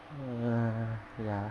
ya